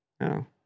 No